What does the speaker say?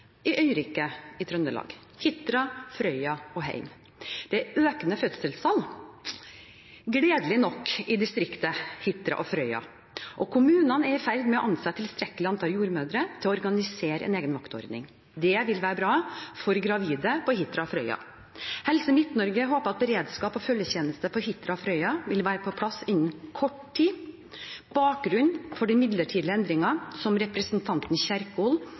i øyriket i Trøndelag, Hitra, Frøya og Heim. Det er økende fødselstall – gledelig nok – i distriktet Hitra og Frøya, og kommunene er i ferd med å ansette et tilstrekkelig antall jordmødre til å organisere en egen vaktordning. Det vil være bra for gravide på Hitra og Frøya. Helse Midt-Norge håper at beredskapen og følgetjenesten for Hitra og Frøya vil være på plass innen kort tid. Bakgrunnen for den midlertidige endringen, som representanten Kjerkol